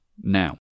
now